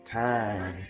time